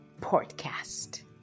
podcast